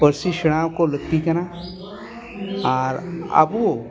ᱯᱟᱹᱨᱥᱤ ᱥᱮᱬᱟ ᱟᱠᱚ ᱞᱟᱹᱠᱛᱤ ᱠᱟᱱᱟ ᱟᱨ ᱟᱵᱚ